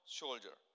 soldier